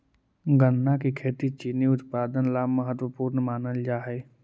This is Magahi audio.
गन्ना की खेती चीनी उत्पादन ला महत्वपूर्ण मानल जा हई